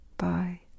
Bye